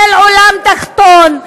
של העולם התחתון.